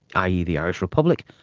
i. e. the irish republic,